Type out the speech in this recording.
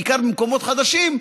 בעיקר במקומות חדשים,